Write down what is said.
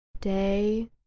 day